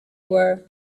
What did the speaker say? were